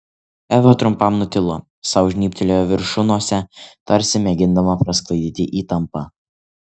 eva trumpam nutilo sau žnybtelėjo viršunosę tarsi mėgindama prasklaidyti įtampą